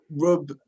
rub